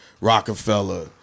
Rockefeller